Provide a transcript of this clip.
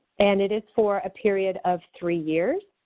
and it is for a period of three years.